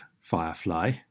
Firefly